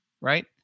right